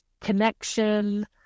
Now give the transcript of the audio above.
connection